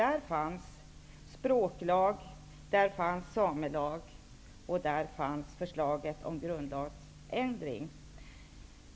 Där fanns språklag, samelag och förslag om grundlagsändring.